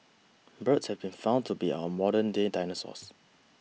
birds have been found to be our modernday dinosaurs